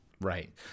Right